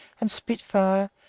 and spitfire,